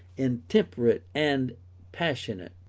intemperate and passionate.